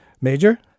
Major